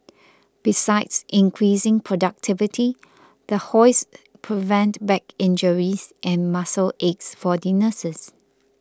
besides increasing productivity the hoists prevent back injuries and muscle aches for the nurses